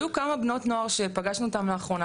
והיו כמה שנות נוער שפגשנו אותן לאחרונה,